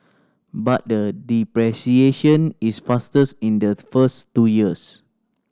but the depreciation is fastest in the first two years